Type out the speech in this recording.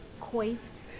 coiffed